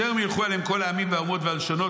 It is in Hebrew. "אשר אם ילכו אל כל העמים והאומות והלשונות,